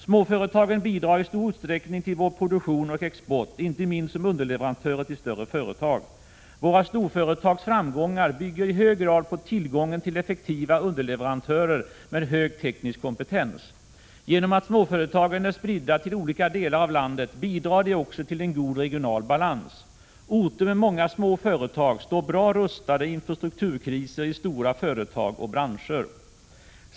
Småföretagen bidrar i stor utsträckning till vår produktion och export, inte minst som underleverantörer till större företag. Våra storföretags framgångar bygger i hög grad på tillgången till effektiva underleverantörer med hög teknisk kompetens. Genom att småföretagen är spridda till olika delar av 17 landet, bidrar de också till en god regional balans. Orter med många småföretag står bra rustade inför strukturkriser i stora företag och branscher.